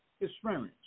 experience